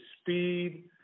speed